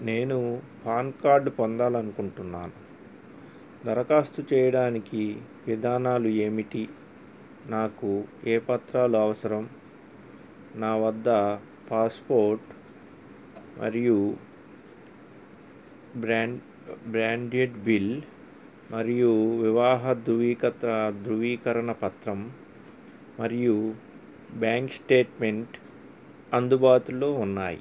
నేను పాన్కార్డు పొందాలనుకుంటున్నాను దరఖాస్తు చేయడానికి విధానాలు ఏమిటి నాకు ఏ పత్రాలు అవసరం నా వద్ద పాస్పోర్ట్ మరియు బ్రాండ్ బ్రాండెడ్ బిల్ మరియు వివాహ దువీకత్రా ధ్రువీకరణ పత్రం మరియు బ్యాంక్ స్టేట్మెంట్ అందుబాటులో ఉన్నాయి